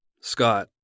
Scott